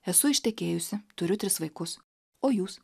esu ištekėjusi turiu tris vaikus o jūs